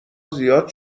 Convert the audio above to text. زیاد